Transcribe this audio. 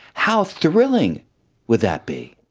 how thrilling would that be!